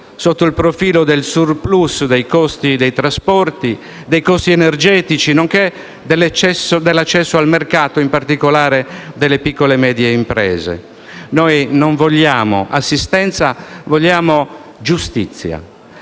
sotto il profilo del *surplus* dei costi dei trasporti, dei costi energetici, nonché dell'accesso al mercato, in particolare delle piccole e medie imprese. Noi non vogliamo assistenza, ma giustizia.